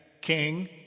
king